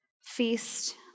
feast